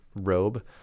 robe